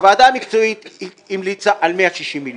הוועדה המקצועית המליצה על 160 מיליון,